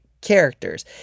characters